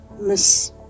miss